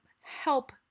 help